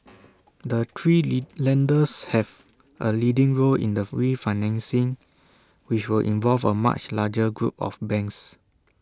the three lead lenders have A leading role in the refinancing which will involve A much larger group of banks